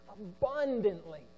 abundantly